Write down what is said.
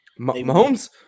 Mahomes